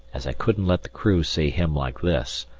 as i couldn't let the crew see him like this,